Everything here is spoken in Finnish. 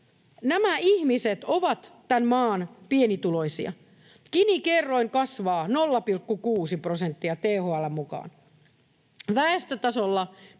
Nämä ihmiset ovat tämän maan pienituloisia. Gini-kerroin kasvaa 0,6 prosenttia THL:n mukaan. Väestötasolla